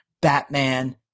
Batman